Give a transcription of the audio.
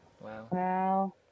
Wow